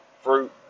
fruit